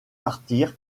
partir